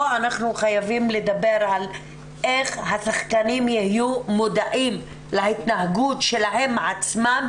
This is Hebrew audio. פה אנחנו חייבים לדבר על איך השחקנים יהיו מודעים להתנהגות שלהם עצמם,